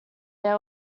they